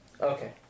Okay